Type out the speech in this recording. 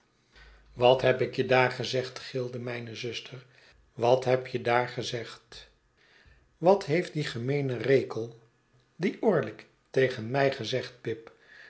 wat heb je daar gezegd erilde mijne zuster wat heb je daar gezegd wat heeft die gemeene rekel die orlick tegen mij gezegd pip